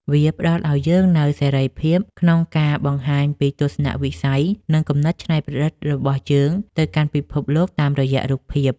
វាផ្ដល់ឱ្យយើងនូវសេរីភាពក្នុងការបង្ហាញពីទស្សនវិស័យ និងគំនិតច្នៃប្រឌិតរបស់យើងទៅកាន់ពិភពលោកតាមរយៈរូបភាព។